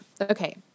okay